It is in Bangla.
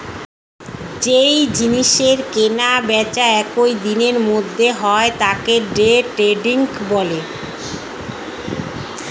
যেই জিনিসের কেনা বেচা একই দিনের মধ্যে হয় তাকে ডে ট্রেডিং বলে